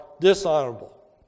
dishonorable